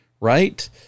right